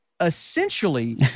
essentially